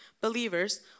believers